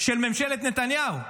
של ממשלת נתניהו.